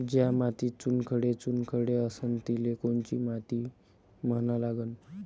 ज्या मातीत चुनखडे चुनखडे असन तिले कोनची माती म्हना लागन?